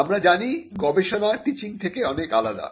আমরা জানি গবেষণা টিচিং থেকে অনেক আলাদা